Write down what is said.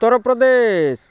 Uttar Pradesh